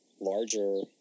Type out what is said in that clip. larger